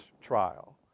trial